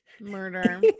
Murder